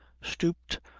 stooped,